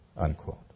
unquote